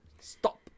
stop